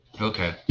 Okay